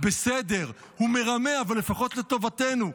בסדר, הוא מרמה אבל לפחות לטובתנו.